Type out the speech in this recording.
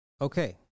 Okay